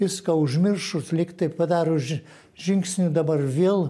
viską užmiršus lygtai padarė už žingsnių dabar vėl